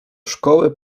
szkoły